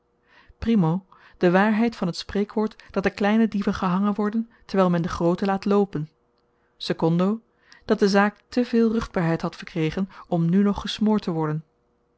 primo de waarheid van het spreekwoord dat de kleine dieven gehangen worden terwijl men de groote laat loopen secundo dat de zaak te veel ruchtbaarheid had verkregen om nu nog gesmoord te worden